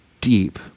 deep